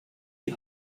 die